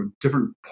different